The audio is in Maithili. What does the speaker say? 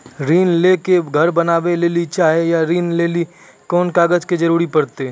ऋण ले के घर बनावे लेली चाहे या ऋण लेली कोन कागज के जरूरी परतै?